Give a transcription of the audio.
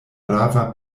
rava